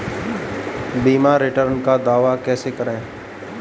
बीमा रिटर्न का दावा कैसे करें?